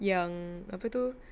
yang apa tu